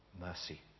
mercy